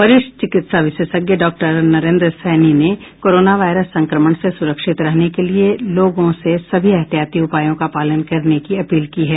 वरिष्ठ चिकित्सा विशेषज्ञ डॉक्टर नरेंद्र सैनी ने कोरोना वायरस संक्रमण से सुरक्षित रहने के लिए लोगों से सभी एहतियाती उपायों का पालन करने की अपील की है